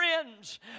friends